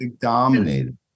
dominated